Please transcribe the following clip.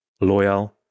loyal